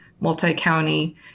multi-county